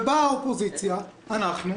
ובאה האופוזיציה, אנחנו,